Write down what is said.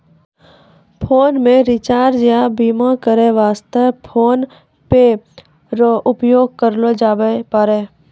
phone मे recharge या बीमा करै वास्ते फोन पे रो उपयोग करलो जाबै पारै